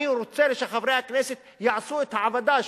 אני רוצה שחברי הכנסת יעשו את העבודה,